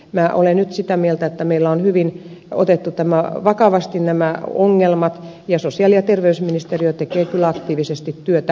minä olen nyt sitä mieltä että meillä on otettu hyvin vakavasti nämä ongelmat ja sosiaali ja terveysministeriö tekee kyllä aktiivisesti työtä